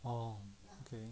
orh okay